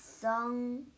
song